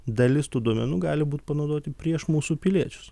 dalis tų duomenų gali būt panaudoti prieš mūsų piliečius